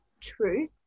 truth